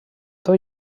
tot